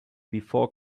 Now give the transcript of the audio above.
before